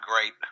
great